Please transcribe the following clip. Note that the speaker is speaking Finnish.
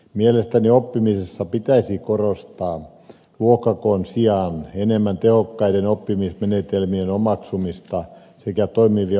mielestäni oppimisessa pitäisi korostaa luokkakoon sijaan enemmän tehokkaiden oppimismenetelmien omaksumista sekä toimivia opetusmenetelmiä